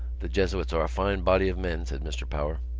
the jesuits are a fine body of men, said mr. power.